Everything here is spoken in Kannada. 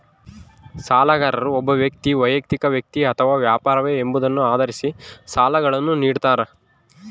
ಸಾಲಗಾರರು ಒಬ್ಬ ವೈಯಕ್ತಿಕ ವ್ಯಕ್ತಿ ಅಥವಾ ವ್ಯಾಪಾರವೇ ಎಂಬುದನ್ನು ಆಧರಿಸಿ ಸಾಲಗಳನ್ನುನಿಡ್ತಾರ